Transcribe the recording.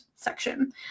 section